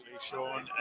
Sean